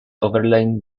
overlain